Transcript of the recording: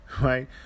right